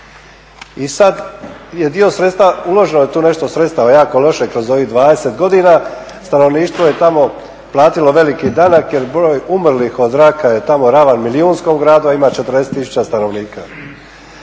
i sada je dio sredstva uloženo je tu nešto sredstava jako loše kroz ovih 20 godina. stanovništvo je tamo platilo veliki danak jer broj umrlih od raka je tamo ravan milijunskom gradu, a ima 40 tisuća stanovnika.